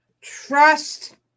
Trust